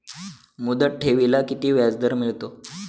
मुदत ठेवीला किती व्याजदर मिळतो?